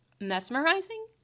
mesmerizing